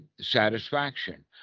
satisfaction